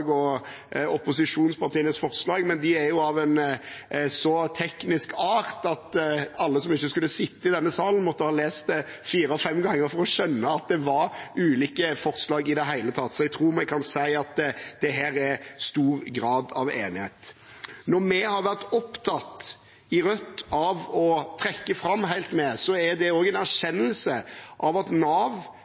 og opposisjonspartienes forslag, men de er av en så teknisk art at alle som ikke sitter i denne salen, måtte ha lest det fire og fem ganger for å skjønne at det er ulike forslag i det hele tatt, så jeg tror vi kan si at det er stor grad av enighet. Når vi i Rødt har vært opptatt av å trekke fram Helt Med, er det også en erkjennelse av at Nav,